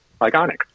iconic